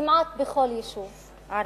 כמעט בכל יישוב ערבי.